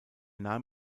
nahm